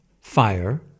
fire